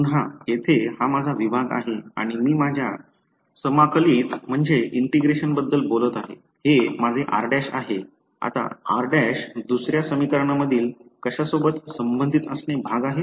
पुन्हा येथे हा माझा विभाग आहे आणि मी माझ्या समाकलित बद्दल बोलत आहे हे माझे r' आहे आता r' दुसर्या समीकरणा मधील कशासोबत संबंधित असणे भाग आहे